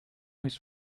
his